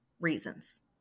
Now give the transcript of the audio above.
reasons